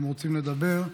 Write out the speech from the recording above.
הם רוצים לדבר,